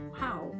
wow